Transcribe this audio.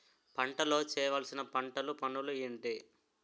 పంటలో చేయవలసిన పంటలు పనులు ఏంటి?